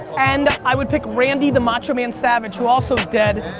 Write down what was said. and i would pick randy the macho man savage, who also is dead,